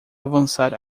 avançar